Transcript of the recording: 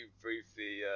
briefly